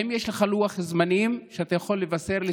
האם יש לך לוח זמנים שאתה יכול לבשר לי,